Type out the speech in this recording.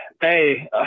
Hey